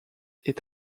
est